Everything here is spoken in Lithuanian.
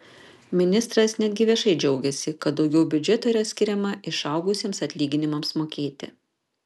ministras netgi viešai džiaugėsi kad daugiau biudžeto yra skiriama išaugusiems atlyginimams mokėti